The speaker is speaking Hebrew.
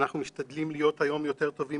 אנחנו משתדלים להיות היום יותר טובים